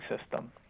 system